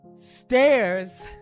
Stairs